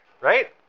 right